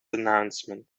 announcement